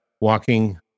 walking